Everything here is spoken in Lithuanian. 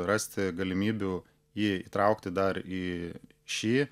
rasti galimybių jį įtraukti dar į šį